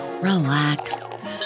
relax